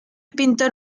pintor